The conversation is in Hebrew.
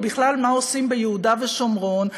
או בכלל מה עושים ביהודה ושומרון,